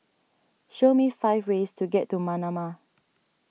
show me five ways to get to Manama